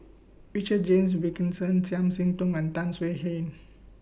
Richard James Wilkinson Chiam See Tong and Tan Swie Hian